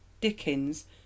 Dickens